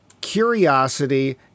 curiosity